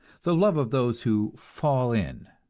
the love of those who fall in?